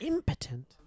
Impotent